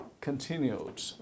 continued